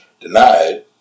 denied